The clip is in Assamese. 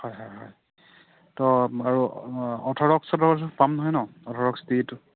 হয় হয় হয় তো আৰু অঁ অৰ্থ'ডক্স চৰ্থডক্স পাম নহয় ন অৰ্থ'ডক্স টিটো